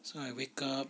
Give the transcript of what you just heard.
so I wake up